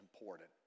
important